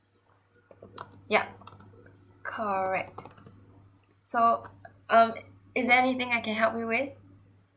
yup correct so um is there anything I can help you with